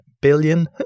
billion